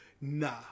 Nah